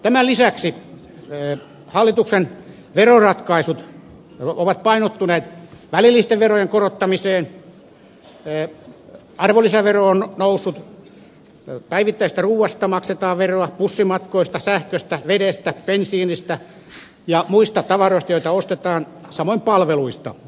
tämän lisäksi hallituksen veroratkaisut ovat painottuneet välillisten verojen korottamiseen arvonlisävero on noussut päivittäisestä ruuasta maksetaan veroa bussimatkoista sähköstä vedestä bensiinistä ja muista tavaroista joita ostetaan samoin palveluista